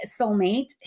soulmate